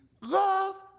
love